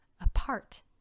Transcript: apart